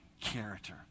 character